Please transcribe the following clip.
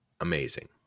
amazing